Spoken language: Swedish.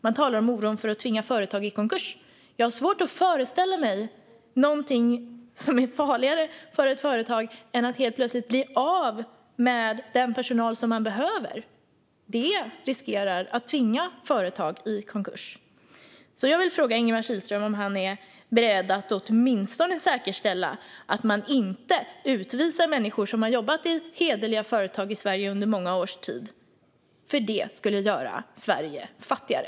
Man talar om oron för att tvinga företag i konkurs, och jag har svårt att föreställa mig någonting farligare för ett företag än att helt plötsligt bli av med den personal det behöver. Det riskerar att tvinga företag i konkurs. Jag vill därför fråga Ingemar Kihlström om han är beredd att åtminstone säkerställa att man inte utvisar människor som har jobbat i hederliga företag i Sverige under många års tid. Det skulle nämligen göra Sverige fattigare.